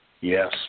Yes